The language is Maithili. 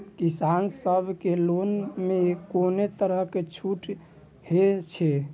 किसान सब के लोन में कोनो तरह के छूट हे छे?